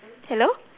hello